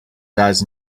does